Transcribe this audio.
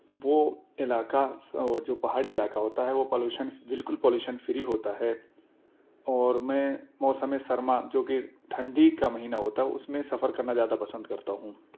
وہ علاقہ جو پہاڑی علاقہ ہوتا ہے وہ پولوشن بالکل پولوشن فری ہوتا ہے اور میں موسم سرما جو کہ ٹھنڈی کا مہینہ ہوتا ہے اس میں سفر کرنا زیادہ پسند کرتا ہوں